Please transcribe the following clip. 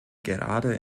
gerade